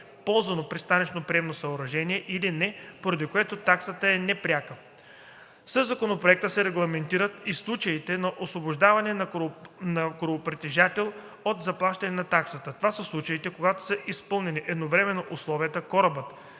ползвано пристанищно приемно съоръжение или не, поради което таксата е непряка. Със Законопроекта се регламентират и случаите на освобождаване на корабопритежател от заплащане на таксата. Това са случаите, когато са изпълнени едновременно условията корабът